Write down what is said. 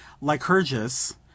Lycurgus